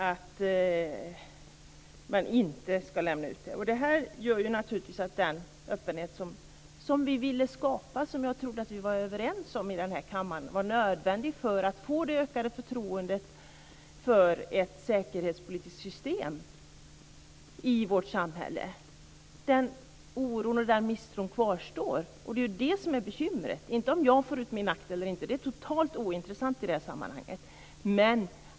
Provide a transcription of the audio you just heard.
Detta gör naturligtvis att i stället för den öppenhet som vi ville skapa, som jag trodde att vi i den här kammaren var överens om var nödvändig för att få ökat förtroende för ett säkerhetspolitiskt system i vårt samhälle, kvarstår oron och misstron. Det är ju det som är bekymret, inte om jag får ut min akt eller inte. Det är totalt ointressant i det här sammanhanget.